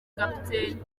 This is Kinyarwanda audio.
kapiteni